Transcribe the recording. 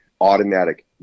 automatic